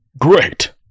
Great